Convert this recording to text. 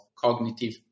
cognitive